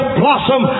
blossom